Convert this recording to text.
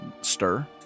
stir